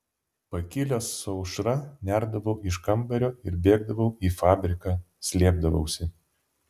pakilęs su aušra nerdavau iš kambario ir bėgdavau į fabriką slėpdavausi